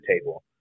table